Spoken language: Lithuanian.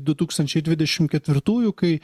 du tūkstančiai dvidešimt ketvirtųjų kai